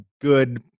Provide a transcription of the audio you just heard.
good